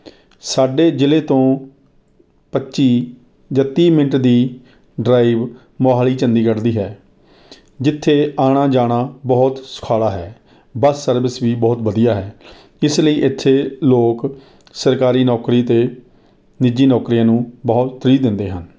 ਸਾਡੇ ਜ਼ਿਲ੍ਹੇ ਤੋਂ ਪੱਚੀ ਜਾਂ ਤੀਹ ਮਿੰਟ ਦੀ ਡ੍ਰਾਈਵ ਮੋਹਾਲੀ ਚੰਡੀਗੜ੍ਹ ਦੀ ਹੈ ਜਿੱਥੇ ਆਉਣਾ ਜਾਣਾ ਬਹੁਤ ਸੁਖਾਲਾ ਹੈ ਬੱਸ ਸਰਵਿਸ ਵੀ ਬਹੁਤ ਵਧੀਆ ਹੈ ਇਸ ਲਈ ਇੱਥੇ ਲੋਕ ਸਰਕਾਰੀ ਨੌਕਰੀ ਅਤੇ ਨਿੱਜੀ ਨੌਕਰੀਆਂ ਨੂੰ ਬਹੁਤ ਤਰਜੀਹ ਦਿੰਦੇ ਹਨ